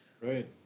Right